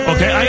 Okay